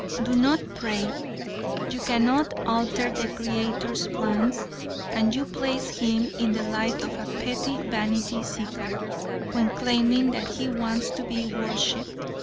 do not pray you cannot alter the creator's plans and you place him in the light of a petty vanity seeker when claiming that he wants to be worshipped.